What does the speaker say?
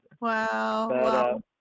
Wow